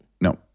no